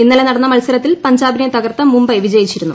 ഇന്നലെ നടന്ന മത്സരത്തിൽ പഞ്ചാബിനെ തകർത്ത് മുംബൈ വിജയിച്ചിരുന്നു